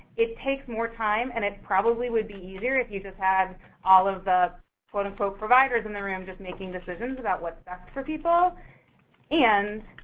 it takes more time and it probably would be easier if you just had all of the quote, unquote, providers in the room just making decisions about what's best for people and,